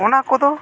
ᱚᱱᱟ ᱠᱚᱫᱚ